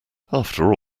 after